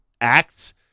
acts